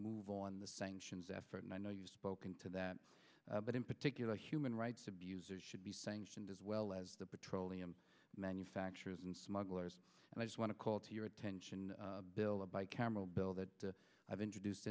move on the sanctions effort and i know you've spoken to that but in particular human rights abuses should be sanctioned as well as the petroleum manufacturers and smugglers and i just want to call to your attention bill a bi cameral bill that i've introduced